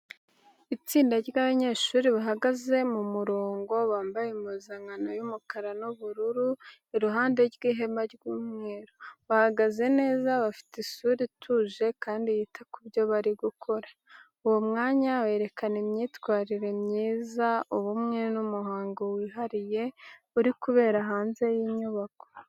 Itsinda ry’abanyeshuri bahagaze mu murongo, bambaye impuzankano y’umukara n’ubururu, iruhande rw’ihema ry’umweru. Bahagaze neza, bafite isura ituje kandi yita ku byo bari gukora. Uwo mwanya werekana imyitwarire myiza, ubumwe, n’umuhango wihariye uri kubera hanze y’inyubako.